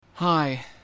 Hi